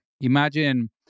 Imagine